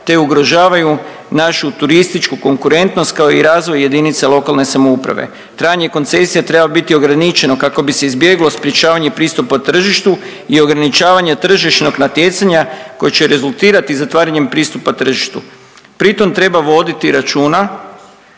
te ugrožavaju našu turističku konkurentnost, kao i razvoj jedinica lokalne samouprave. Trajanje koncesije treba biti ograničeno kako bi se izbjeglo sprječavanje pristupa tržištu i ograničavanje tržišnog natjecanja koje će rezultirati zatvaranjem pristupa tržištu. Pritom treba voditi računa